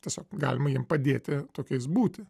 tiesiog galima jiem padėti tokiais būti